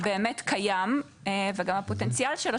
באמת קיים וגם הפוטנציאל שלו,